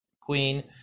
Queen